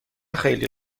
خیلی